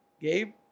Gabe